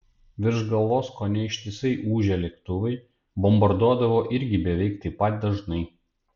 virš galvos kone ištisai ūžė lėktuvai bombarduodavo irgi beveik taip pat dažnai